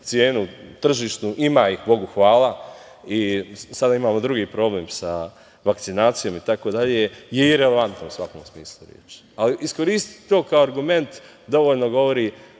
cenu, tržišnu, ima ih Bogu hvala, sada imamo drugi problem sa vakcinacijom itd, je irelevanto u svakom smislu reči. Ali, iskoristiti to kao argument dovoljno govori